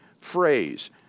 phrase